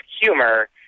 humor